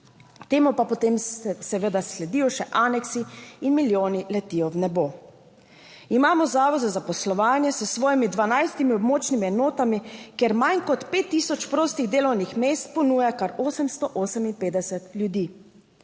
Temu pa potem seveda sledijo še aneksi in milijoni letijo v nebo. Imamo Zavod za zaposlovanje s svojimi 12 območnimi enotami, kjer manj kot 5000 prostih delovnih mest ponuja kar 858 ljudi.